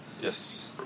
Yes